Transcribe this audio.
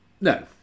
No